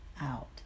out